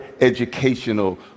educational